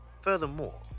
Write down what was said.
Furthermore